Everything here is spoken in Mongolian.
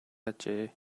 ажээ